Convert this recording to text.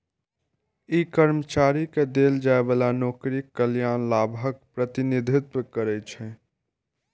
ई कर्मचारी कें देल जाइ बला नौकरीक कल्याण लाभक प्रतिनिधित्व करै छै